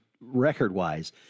record-wise